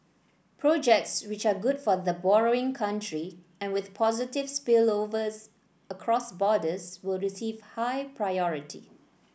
projects which are good for the borrowing country and with positive spillovers across borders will receive high priority